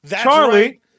Charlie